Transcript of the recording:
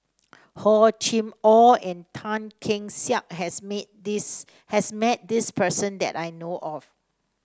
Hor Chim Or and Tan Keong Saik has meet this has met person that I know of